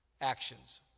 actions